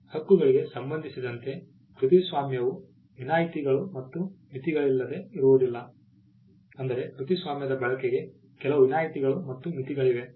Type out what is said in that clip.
ಹಕ್ಕುಗಳಿಗೆ ಸಂಬಂಧಿಸಿದಂತೆ ಕೃತಿಸ್ವಾಮ್ಯವು ವಿನಾಯಿತಿಗಳು ಮತ್ತು ಮಿತಿಗಳಿಲ್ಲದೆ ಇರುವುದಿಲ್ಲ ಅಂದರೆ ಕೃತಿಸ್ವಾಮ್ಯದ ಬಳಕೆಗೆ ಕೆಲವು ವಿನಾಯಿತಿಗಳು ಮತ್ತು ಮಿತಿಗಳಿವೆ